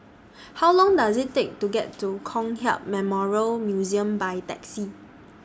How Long Does IT Take to get to Kong Hiap Memorial Museum By Taxi